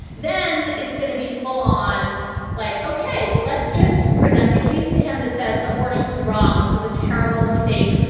then it's going to be full on like, ok, well, let's just present a case to him that says abortion is wrong. this was a terrible mistake.